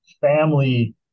family